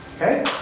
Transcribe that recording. Okay